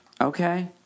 okay